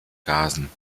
gasen